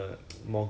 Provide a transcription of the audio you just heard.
utilities ah